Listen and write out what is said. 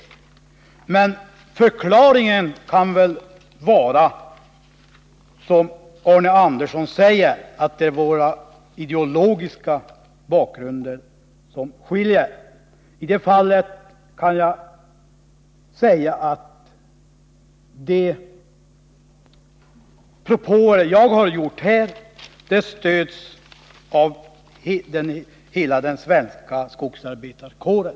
Förklaringen till att man gör det kan väl vara, som Arne Andersson säger, att det är våra ideologiska bakgrunder som är olika. I det fallet kan jag nämna att de propåer som jag har gjort här stöds av hela den svenska skogsarbetarkåren.